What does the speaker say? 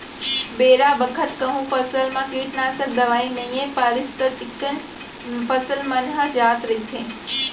बेरा बखत कहूँ फसल म कीटनासक दवई नइ परिस त चिक्कन फसल मन ह जात रइथे